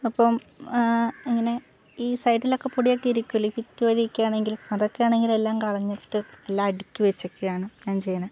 അപ്പം അങ്ങനെ ഈ സൈഡിലൊക്കെ പൊടിയൊക്കെ ഇരിക്കൂലേ ഈ ഭിത്തി വഴിയൊക്കെ ആണെങ്കിലും അതൊക്കെയാണെങ്കിലും എല്ലാം കളഞ്ഞിട്ട് എല്ലാം അടുക്കി വെച്ചൊക്കെയാണ് ഞാൻ ചെയ്യണത്